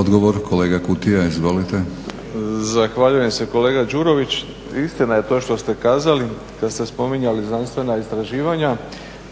Odgovor kolega Kutija, izvolite. **Kutija, Branko (HDZ)** Zahvaljujem se. Kolega Đurović, istina je to što ste kazali kad ste spominjali znanstvena istraživanja.